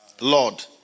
Lord